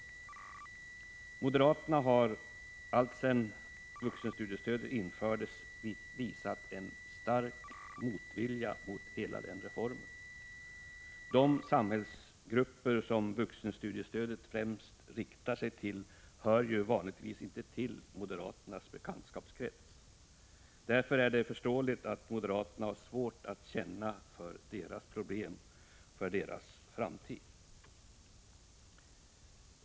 Moderaterna har alltsedan vuxenstudiestödet infördes visat en stark motvilja mot hela den reformen. De samhällsgrupper som vuxenstudiestödet främst riktar sig till hör ju vanligtvis inte till moderaternas bekantskapskrets. Därför är det förståeligt att moderaterna har svårt att känna för deras problem, för deras framtid.